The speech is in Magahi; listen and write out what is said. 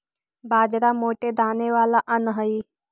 बाजरा मोटे दाने वाला अन्य हई